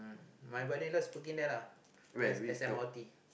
my brother in law is working there lah S_M_R_T